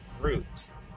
groups